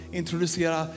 introducera